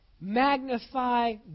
Magnify